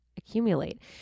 accumulate